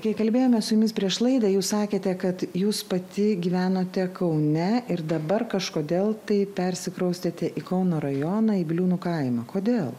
kai kalbėjome su jumis prieš laidą jūs sakėte kad jūs pati gyvenote kaune ir dabar kažkodėl tai persikraustėte į kauno rajoną į biliūnų kaimą kodėl